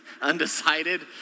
Undecided